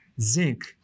Zinc